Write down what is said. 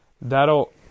that'll